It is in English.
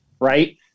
right